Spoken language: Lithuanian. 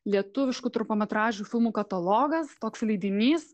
lietuviškų trumpametražių filmų katalogas toks leidinys